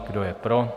Kdo je pro?